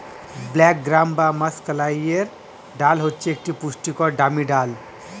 black gram বা মাষকলাইয়ের ডাল হচ্ছে একটি পুষ্টিকর দামি ডাল